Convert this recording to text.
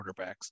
quarterbacks